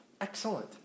Excellent